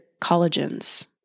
collagens